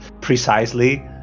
precisely